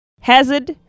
Hazard